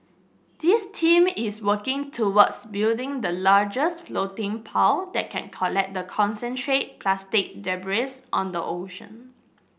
this team is working towards building the largest floating that can collect the concentrate plastic debris on the ocean